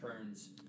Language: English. turns